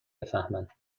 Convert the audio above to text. بفهمن